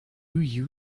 you